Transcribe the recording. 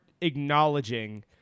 acknowledging